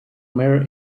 mirror